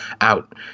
out